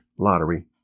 lottery